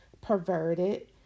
perverted